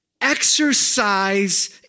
exercise